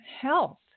health